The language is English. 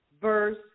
verse